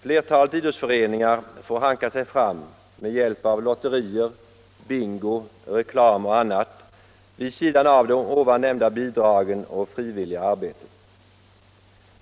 Flertalet idrottsföreningar får hanka sig fram med hjälp av lotterier, bingo, reklam och annat, vid sidan av de nyss nämnda bidragen och frivilliga arbetet.